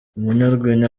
umunyarwenya